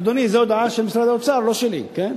אדוני, זו הודעה של משרד האוצר, לא שלי, כן?